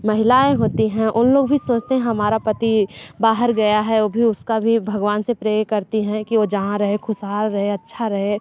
महिलाऍं होती हैं उन लोग भी सोचती हैं हमारा पति बाहर गया है ओ भी उसका भी भगवान से प्रे करती हैं कि वो जहाँ रहे खुशहाल रहे अच्छा रहे